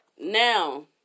Now